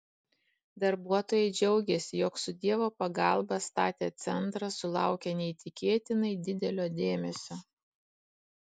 darbuotojai džiaugėsi jog su dievo pagalba statę centrą sulaukia neįtikėtinai didelio dėmesio